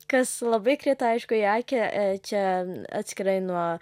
kas labai krito aišku į akį e čia atskirai nuo